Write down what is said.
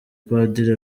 padiri